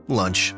lunch